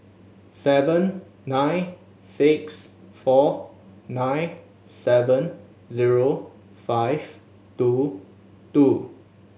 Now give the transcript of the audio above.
seven nine six four nine seven zero five two two